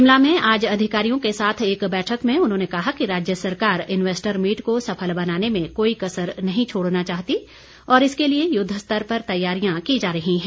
शिमला में आज अधिकारियों के साथ एक बैठक में उन्होंने कहा कि राज्य सरकार इन्वेस्ट मीट को सफल बनाने में कोई कसर नहीं छोड़ना चाहती और इसके लिए युद्ध स्तर पर तैयारियां की जा रही है